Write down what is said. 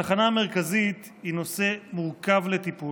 התחנה המרכזית היא נושא מורכב לטיפול.